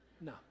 No